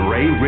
Ray